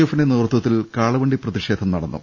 എഫിന്റെ നേതൃത്വത്തിൽ കാളവണ്ടി പ്രതിഷേധം നടന്നു